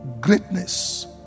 greatness